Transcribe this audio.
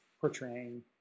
portraying